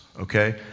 okay